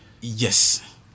yes